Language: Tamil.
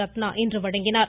ரத்னா இன்று வழங்கினார்